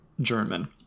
German